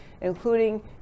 including